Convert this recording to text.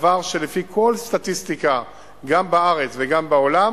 דבר שלפי כל סטטיסטיקה גם בארץ וגם בעולם,